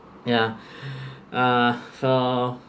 ya uh